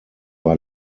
war